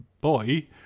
boy